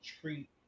treat